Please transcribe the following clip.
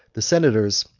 the senators,